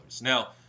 Now